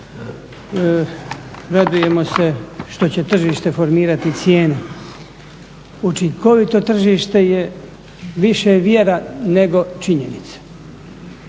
radujemo se što će tržište formirati cijene. Učinkovito tržište je više vjera nego činjenica.